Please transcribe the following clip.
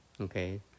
okay